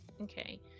Okay